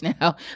now